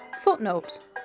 Footnote